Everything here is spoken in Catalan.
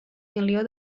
milió